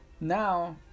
Now